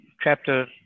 chapter